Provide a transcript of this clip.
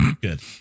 Good